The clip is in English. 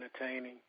Entertaining